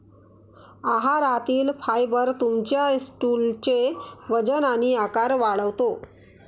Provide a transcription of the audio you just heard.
आहारातील फायबर तुमच्या स्टूलचे वजन आणि आकार वाढवते